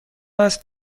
است